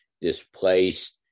displaced